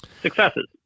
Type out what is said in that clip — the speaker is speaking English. Successes